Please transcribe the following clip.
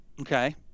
Okay